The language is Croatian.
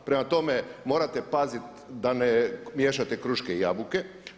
Prema tome, morate paziti da ne miješate kruške i jabuke.